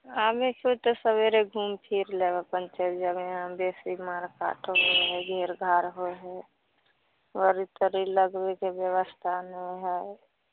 आबै छी तऽ सबेरे घुमि फिरि लेब अपन चलि जाएब इहाँ बेसी मारिकाट होइ हइ घेरघार होइ हइ गाड़ी ताड़ी लगबैके बेबस्था नहि हइ